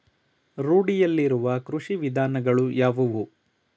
ರೂಢಿಯಲ್ಲಿರುವ ಕೃಷಿ ವಿಧಾನಗಳು ಯಾವುವು?